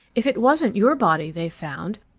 if it wasn't your body they found,